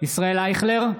ישראל אייכלר,